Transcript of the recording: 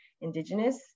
indigenous